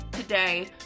today